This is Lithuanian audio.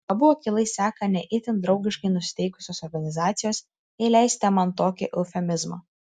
abu akylai seka ne itin draugiškai nusiteikusios organizacijos jei leisite man tokį eufemizmą